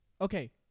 Okay